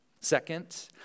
Second